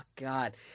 god